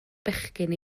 bechgyn